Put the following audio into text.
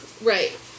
Right